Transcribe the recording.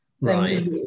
Right